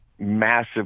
massive